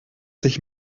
sich